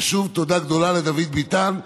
ושוב תודה גדולה לדוד ביטן,